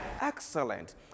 Excellent